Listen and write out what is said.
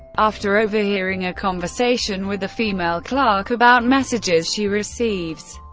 after overhearing a conversation with a female clerk about messages she receives,